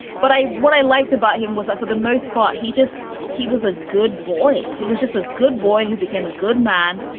but i what i liked about him was that for the most part, he just he was a good boy. he was just a good boy who became a good man.